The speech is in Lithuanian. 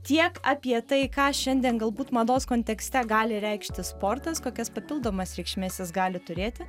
tiek apie tai ką šiandien galbūt mados kontekste gali reikšti sportas kokias papildomas reikšmės jis gali turėti